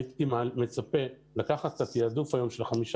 הייתי מצפה לקחת את התעדוף היום של 15%